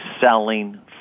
selling